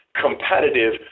competitive